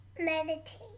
Meditate